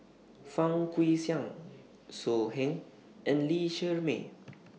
Fang Guixiang So Heng and Lee Shermay